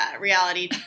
reality